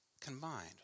combined